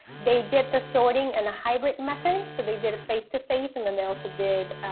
they did the sorting and a hybrid method. so they did a face to face, and then they also did